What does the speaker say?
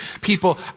people